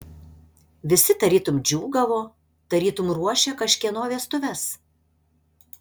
visi tarytum džiūgavo tarytum ruošė kažkieno vestuves